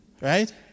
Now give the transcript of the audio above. right